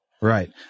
Right